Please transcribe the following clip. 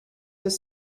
his